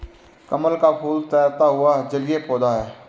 कमल का फूल तैरता हुआ जलीय पौधा है